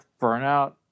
burnout